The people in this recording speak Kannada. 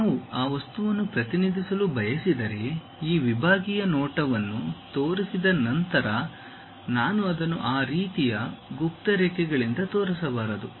ನಾನು ಆ ವಸ್ತುವನ್ನು ಪ್ರತಿನಿಧಿಸಲು ಬಯಸಿದರೆ ಆ ವಿಭಾಗೀಯ ನೋಟವನ್ನು ತೋರಿಸಿದ ನಂತರ ನಾನು ಅದನ್ನು ಈ ರೀತಿಯ ಗುಪ್ತ ರೇಖೆಗಳಿಂದ ತೋರಿಸಬಾರದು